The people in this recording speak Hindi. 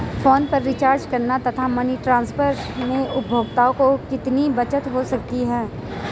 फोन पर रिचार्ज करने तथा मनी ट्रांसफर में उपभोक्ता को कितनी बचत हो सकती है?